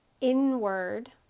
inward